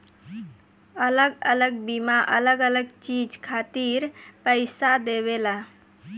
अलग अलग बीमा अलग अलग चीज खातिर पईसा देवेला